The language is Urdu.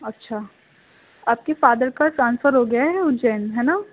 اچھا آپ کے فادر کا ٹرانسفر ہو گیا ہے اجین ہے نا